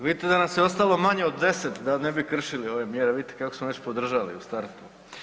Vidite da nas je ostalo manje od 10 da ne bi kršili ove mjere, vidite kako smo već podržali u startu.